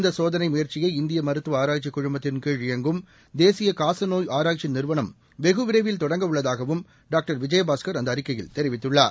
இந்தசோதனைமுயற்சியை இந்தியமருத்துவஆராய்ச்சிக் குழுமத்தின் கீழ் தேசியகாசநோய் ஆராய்ச்சிநிறுவனம் வெகுவிரைவில் தொடங்க உள்ளதாகவும் டாக்டர் விஜயபாஸ்க் அந்தஅறிக்கையில் தெரிவித்துள்ளார்